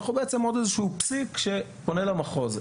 אנחנו בעצם עוד איזה שהוא פסיק שפונה למחוז,